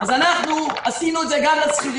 אז אנחנו עשינו את זה גם לשכירים.